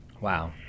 Wow